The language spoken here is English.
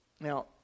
now